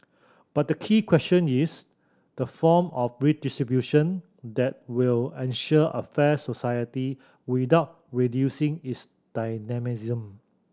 but the key question is the form of redistribution that will ensure a fair society without reducing its dynamism